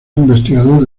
investigador